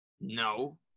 no